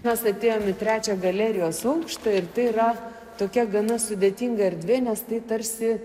mes atėjom į trečią galerijos aukštą ir tai yra tokia gana sudėtinga erdvė nes tai tarsi